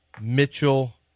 Mitchell